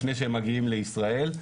לפני שהם מגיעים לישראל,